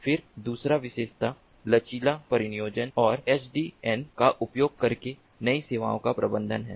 फिर दूसरी विशेषता लचीला परिनियोजन और एसडीएन का उपयोग करके नई सेवाओं का प्रबंधन है